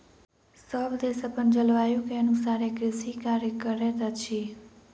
सभ देश अपन जलवायु के अनुसारे कृषि कार्य करैत अछि